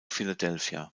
philadelphia